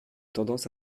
tendance